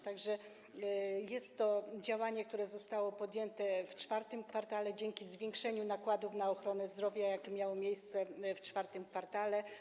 Tak że jest to działanie, które zostało podjęte w IV kwartale dzięki zwiększeniu nakładów na ochronę zdrowia, jakie miało miejsce w IV kwartale.